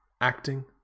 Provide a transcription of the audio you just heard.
acting